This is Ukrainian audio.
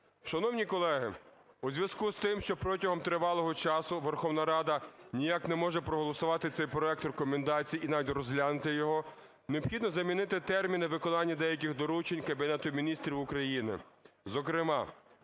Шановні колеги! У зв'язку з тим, що протягом тривалого часу Верховна Ради ніяк не може проголосувати цей проект рекомендацій і навіть розглянути його, необхідно замінити терміни виконання деяких доручень Кабінету Міністрів України. Зокрема,